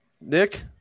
Nick